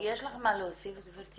יש לך מה להוסיף גבירתי?